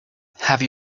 have